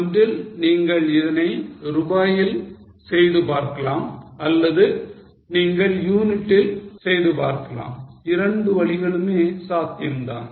ஒன்றில் நீங்கள் இதனை ரூபாயில் செய்து பார்க்கலாம் அல்லது நீங்கள் யூனிட்டில் செய்து பார்க்கலாம் இரண்டு வழிகளுமே சாத்தியம் தான்